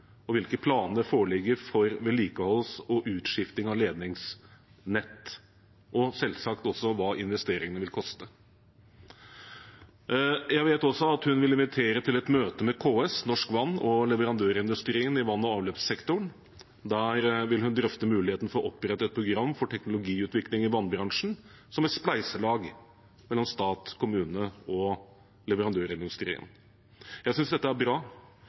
ledningsnettet, hvilke planer som foreligger for vedlikehold og utskifting av ledningsnett, og selvsagt også hva investeringene vil koste. Jeg vet også at hun vil invitere til et møte med KS, Norsk Vann og leverandørindustrien i vann- og avløpssektoren. Der vil hun drøfte muligheten for å opprette et program for teknologiutvikling i vannbransjen som et spleiselag mellom stat, kommune og leverandørindustrien. Jeg syns dette er bra,